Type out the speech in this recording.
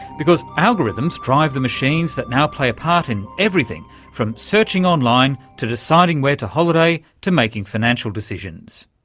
because algorithms drive the machines that now play a part in everything from searching online to deciding where to holiday to making financial decisions.